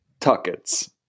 Tuckets